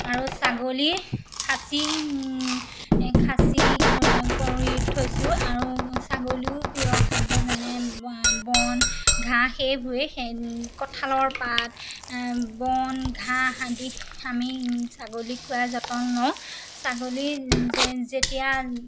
আৰু ছাগলী খাচী খাচী কৰি কৰি থৈছোঁ আৰু ছাগলীও প্ৰিয় খাদ্য যেনে বন ঘাঁহ সেইবোৰে সেই কঁঠালৰ পাত বন ঘাঁহ আদি আমি ছাগলীক খোৱাই যতন লওঁ ছাগলী যে যেতিয়া